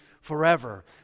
forever